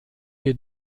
wir